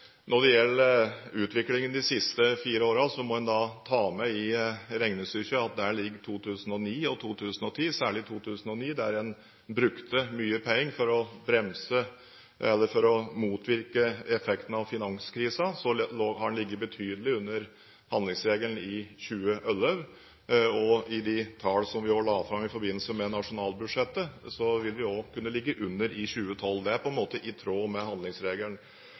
Når det gjelder utviklingen de siste fire årene, må en ta med i regnestykket at en i 2009 og 2010, særlig 2009, brukte mye penger for å bremse og motvirke effekten av finanskrisen. Så har en ligget betydelig under handlingsregelen i 2011, og ut fra de tallene som vi la fram i forbindelse med nasjonalbudsjettet, vil vi også kunne ligge under i 2012. Det er på en måte i tråd med handlingsregelen.